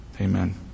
Amen